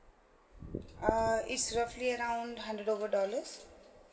uh it's roughly around hundred over dollars